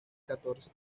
catorce